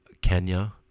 Kenya